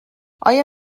آیا